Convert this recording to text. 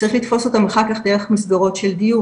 צריך לתפוס אותם אחר כך דרך מסגרות של דיור,